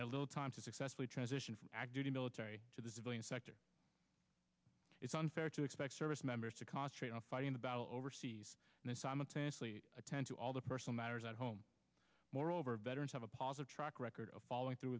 zone a little time to successfully transition from the military to the civilian sector it's unfair to expect service members to construct a fighting the battle overseas and they simultaneously attend to all the personal matters at home moreover veterans have a positive track record of following through